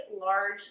large